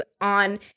on